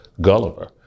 Gulliver